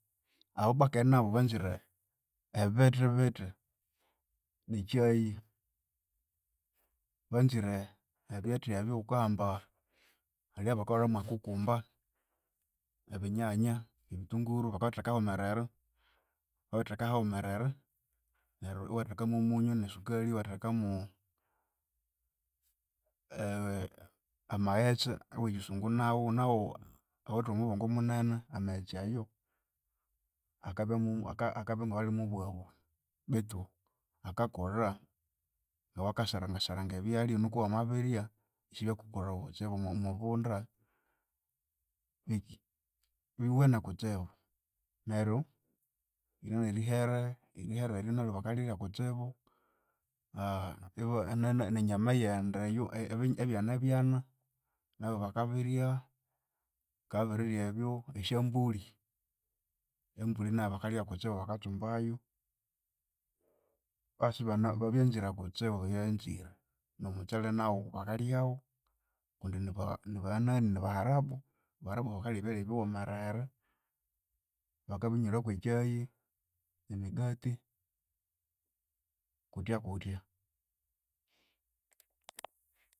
Abu bwaki nabu banzire ebithi bithi nekyayi. Banzire ebithi ebyawukahamba, hali eyabakahulha mwa cucumba, ebinyanya, ebithunguru bakabitheka haghumerere. Babitheka haghumerere neryu iwatheka momunyu nesukali, iwathekamu amaghetse awekyisungu nawu, nawu awithe omubongo munene. Amaghetse ayo akabya mu akabyangawalimo bwabu betu akakakola ngawa kasarangasaranga ebyalya nuko wamabirya isibyakukologha kutsibu omwibunda biwe biwene kutsibu. Neryu yiri nerihere, nerihere naryu bakarirya kutsibu, nenyama yende eyo ebya ebyana byana nabyu bakabirya. Bakabya babirirya ebyo nesyambuli, embuli nayu bakalya yakutsibu bakatsumbayu, basi ba byanzire kutsibu bayanzire. Nomutsele nawu bakalyawu kundi niba Harab. Aba Harabu bakalya ebyalya biwumerere bakabinywira kwe kyayi, nemigati, kutya kutya.